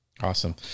Awesome